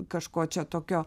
kažko čia tokio